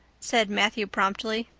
said matthew promptly.